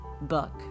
book